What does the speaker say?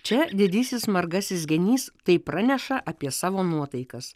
čia didysis margasis genys taip praneša apie savo nuotaikas